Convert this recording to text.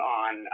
on